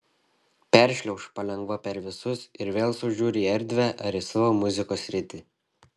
peršliauš palengva per visus ir vėl sau žiūri į erdvę ar į savo muzikos sritį